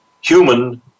human